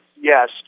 Yes